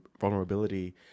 vulnerability